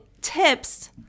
tips